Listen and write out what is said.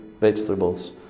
vegetables